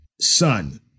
son